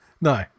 No